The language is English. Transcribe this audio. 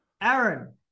Aaron